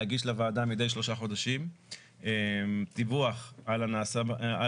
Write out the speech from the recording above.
להגיש לוועדה מדי שלושה חודשים דיווח על א.